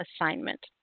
assignment